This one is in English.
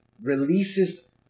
releases